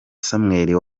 samuel